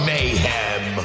Mayhem